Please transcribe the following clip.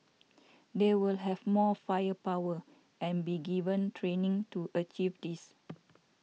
they will have more firepower and be given training to achieve this